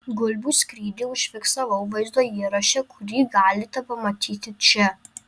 gulbių skrydį užfiksavau vaizdo įraše kurį galite pamatyti čia